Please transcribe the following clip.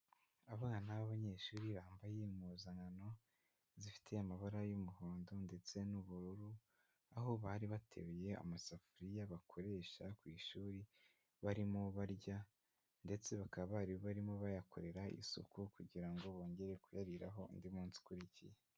Abana b'abanyeshuri bambaye impuzankano zifite amabara y'umuhondo ndetse n'ubururu, aho bari bateruye amasafuriya bakoresha ku ishuri barimo barya ndetse bakaba bari barimo bayakorera isuku kugira ngo bongere kuyariraho undi munsi ukurikiye.